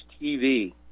tv